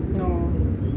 no